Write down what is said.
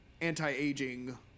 anti-aging